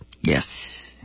yes